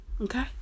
Okay